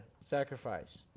sacrifice